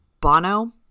Bono